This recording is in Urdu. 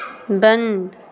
بند